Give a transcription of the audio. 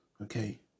Okay